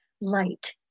light